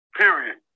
period